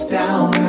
down